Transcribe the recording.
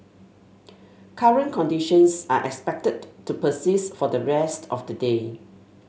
current conditions are expected to persist for the rest of the day